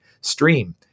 Stream